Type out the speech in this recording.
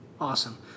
Awesome